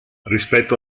rispetto